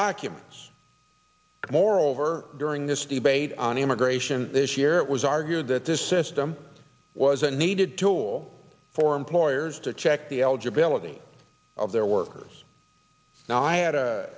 documents moreover during this debate on immigration this year it was argued that this system was a needed tool for employers to check the eligibility of their workers now i had a